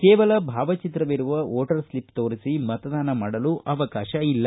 ಕೇವಲ ಭಾವಚಿತ್ರವಿರುವ voter slip ತೋರಿಸಿ ಮತದಾನ ಮಾಡಲು ಅವಕಾಶವಿಲ್ಲ